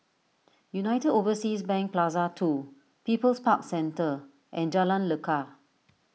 United Overseas Bank Plaza two People's Park Centre and Jalan Lekar